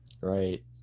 right